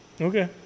okay